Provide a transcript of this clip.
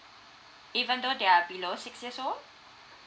even though they are below six years old